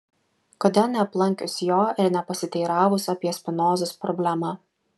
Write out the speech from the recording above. kodėl neaplankius jo ir nepasiteiravus apie spinozos problemą